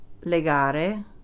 legare